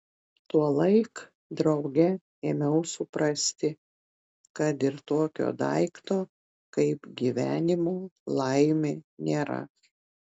tuolaik drauge ėmiau suprasti kad ir tokio daikto kaip gyvenimo laimė nėra